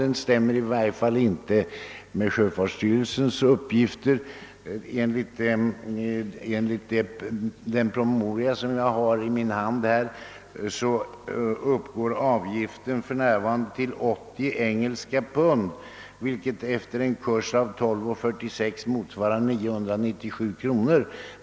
Den stämmer i varje fall inte med sjöfartsstyrelsens uppgifter. Enligt den promemoria som jag har i min hand uppgår avgiften för närvarande till 80 engelska pund, vilket efter en kurs av 12:46 motsvarar 997 kronor.